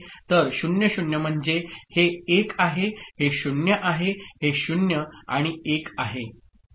तर 0 0 म्हणजे हे 1 आहे हे 0 आहे हे 0 आणि 1 आहे